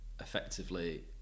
effectively